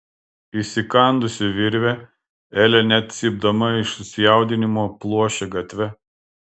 įsikandusi virvę elė net cypdama iš susijaudinimo pluošė gatve